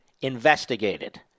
investigated